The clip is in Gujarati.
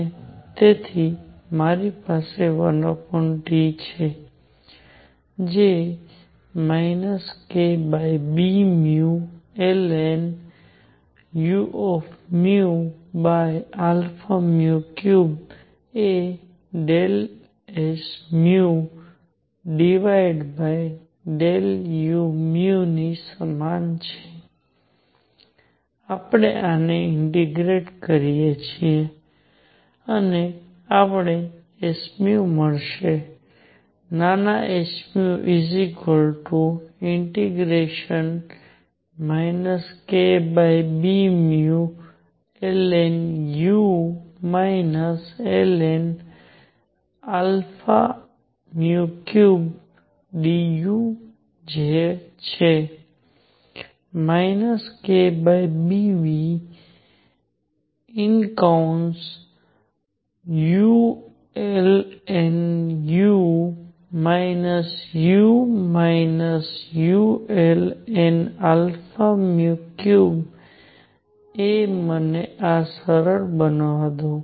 અને તેથી મારી પાસે 1T છે જે kβνln⁡ એ ∂sν∂uν ની સમાન છે આપણે આને ઇન્ટીગ્રેટકરીએ છીએ અને આપણને sમળશે નાના s kβνlnu lnα3du જે છે kβνulnu u ulnα3 એ મને આ સરળ બનાવવા દો